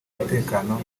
mutekano